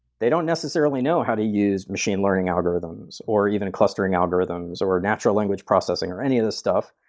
they don't necessarily know how to use machine learning algorithms, or even clustering algorithms, or natural language processing, or any of these stuff.